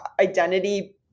identity